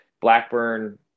Blackburn